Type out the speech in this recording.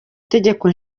itegeko